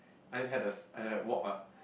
I had a I had a walk ah